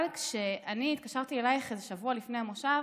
אבל אני התקשרתי אלייך שבוע לפני המושב,